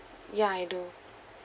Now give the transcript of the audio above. ya I do